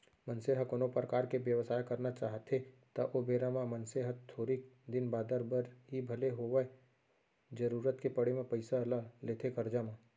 मनसे ह कोनो परकार के बेवसाय करना चाहथे त ओ बेरा म मनसे ह थोरिक दिन बादर बर ही भले होवय जरुरत के पड़े म पइसा ल लेथे करजा म